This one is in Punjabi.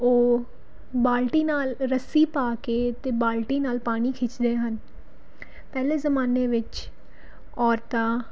ਉਹ ਬਾਲਟੀ ਨਾਲ ਰੱਸੀ ਪਾ ਕੇ ਅਤੇ ਬਾਲਟੀ ਨਾਲ ਪਾਣੀ ਖਿੱਚਦੇ ਹਨ ਪਹਿਲੇ ਜ਼ਮਾਨੇ ਵਿੱਚ ਔਰਤਾਂ